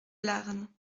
larn